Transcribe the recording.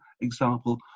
example